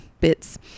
bits